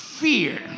fear